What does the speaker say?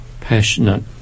passionate